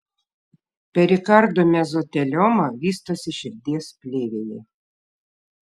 perikardo mezotelioma vystosi širdies plėvėje